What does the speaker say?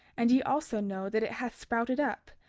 and ye also know that it hath sprouted up,